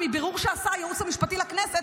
ומבירור שעשה הייעוץ המשפטי לכנסת,